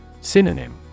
Synonym